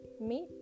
meet